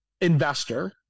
investor